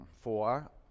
Four